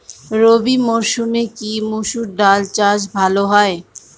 রবি মরসুমে কি মসুর ডাল চাষ ভালো হয়?